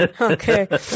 okay